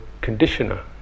conditioner